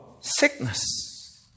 sickness